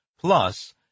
plus